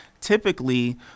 typically